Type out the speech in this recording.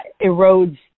erodes